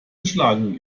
geschlagen